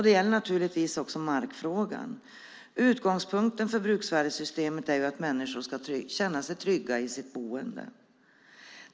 Det gäller naturligtvis också markfrågan. Utgångspunkten för bruksvärdessystemet är att människor ska känna sig trygga i sitt boende.